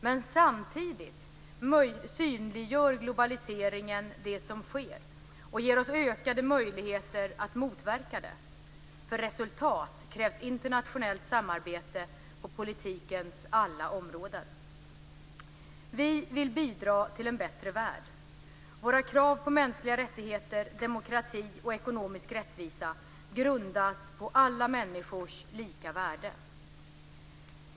Men samtidigt synliggör globaliseringen det som sker och ger oss ökade möjligheter att motverka det. För resultat krävs internationellt samarbete på politikens alla områden. Vi vill bidra till en bättre värld. Våra krav på mänskliga rättigheter, demokrati och ekonomisk rättvisa grundas på alla människors lika värde.